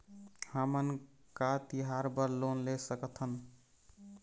हमन का तिहार बर लोन ले सकथन?